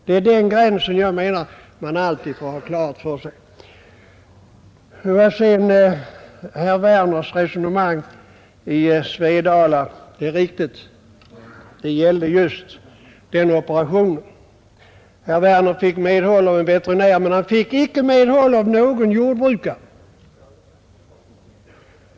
Det är den gränsen som jag menar att man alltid får ha klar för sig. Beträffande den operation som herr Werner talade om är det riktigt att han fick medhåll av en veterinär, men han fick det inte av någon tillfrågad jordbrukare.